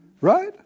Right